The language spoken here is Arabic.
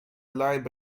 لعب